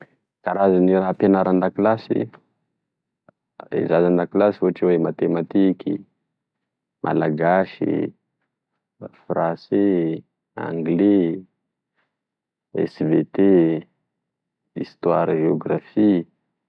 Karazany raha ampianary andakilasy e- enera andakilasy ohatry oe matematiky, malagasy, français, anglais, SVT, histoire et géographie.